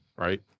right